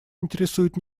интересует